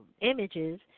images